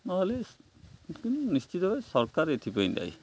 ନହେଲେ କିନ୍ତୁ ନିଶ୍ଚିତ ଭାବେ ସରକାର ଏଥିପାଇଁ ଦାୟୀ